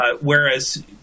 whereas